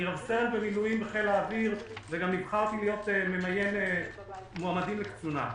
אני רב סרן במילואים בחיל האוויר ונבחרתי להיות ממיין מועמדים לקצונה.